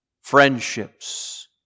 friendships